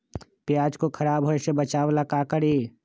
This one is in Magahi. प्याज को खराब होय से बचाव ला का करी?